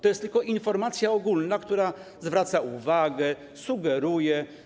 To jest tylko informacja ogólna, która zwraca uwagę, sugeruje.